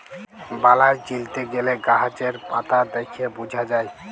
বালাই চিলতে গ্যালে গাহাচের পাতা দ্যাইখে বুঝা যায়